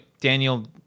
Daniel